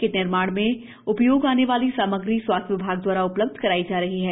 kit निर्माण में उपयोग आने वाली सामग्री स्वास्थ्य विभाग द्वारा उपलब्ध कराई जा रही है